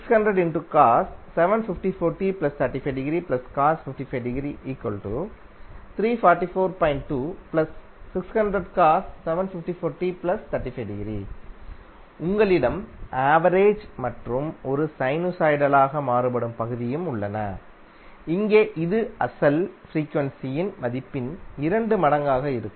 உங்களுக்கு கிடைக்கும் உங்களிடம் ஆவரேஜ் மற்றும் ஒரு சைனுசாய்டலாக மாறுபடும் பகுதியும் உள்ளன இங்கே இது அசல் ஃப்ரீக்வன்சியின் மதிப்பின் இரு மடங்காக இருக்கும்